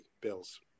Bills